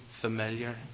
familiar